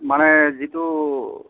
মানে যিটো